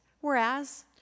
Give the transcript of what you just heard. Whereas